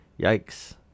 Yikes